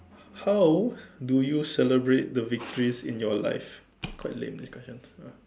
how do you celebrate the victories in your life quite lame this question uh